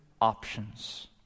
options